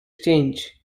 change